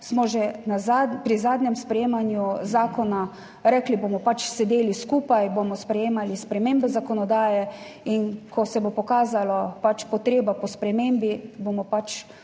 smo že pri zadnjem sprejemanju zakona rekli, da bomo pač sedli skupaj, bomo sprejeli spremembe zakonodaje in ko se bo pokazala potreba po spremembi, bomo pač